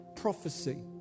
prophecy